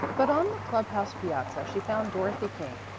but on the club house piazza she found dorothy king.